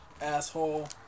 asshole